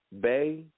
Bay